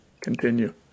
continue